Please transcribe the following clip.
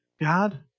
God